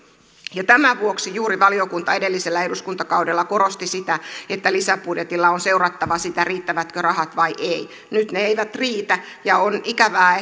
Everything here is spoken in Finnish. tämän vuoksi juuri valiokunta edellisellä eduskuntakaudella korosti sitä että lisäbudjetilla on seurattava sitä riittävätkö rahat vai ei nyt ne eivät riitä ja on ikävää